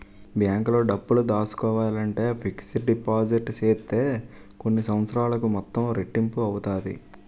బ్యాంకులో డబ్బులు దాసుకోవాలంటే ఫిక్స్డ్ డిపాజిట్ సేత్తే కొన్ని సంవత్సరాలకి మొత్తం రెట్టింపు అవుతాది